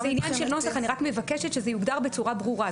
אני רק מבקשת שזה יוגדר בצורה ברורה.